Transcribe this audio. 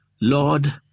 Lord